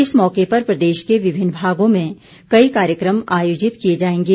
इस मौके पर प्रदेश के विभिन्न भागों में कई कार्यक्रम आयोजित किए जाएंगे